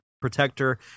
protector